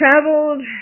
traveled